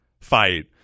fight